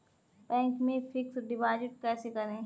Bank में fix deposit कैसे करें?